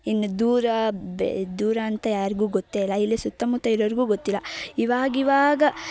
ಇನ್ನು ದೂರ ಬೆ ದೂರ ಅಂತ ಯಾರಿಗೂ ಗೊತ್ತೇ ಇಲ್ಲ ಇಲ್ಲಿ ಸುತ್ತಮುತ್ತ ಇರೋರಿಗೂ ಗೊತ್ತಿಲ್ಲ ಇವಾಗಿವಾಗ